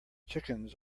chickens